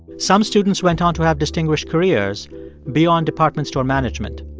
some students went on to have distinguished careers beyond department store management.